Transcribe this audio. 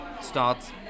starts